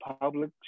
public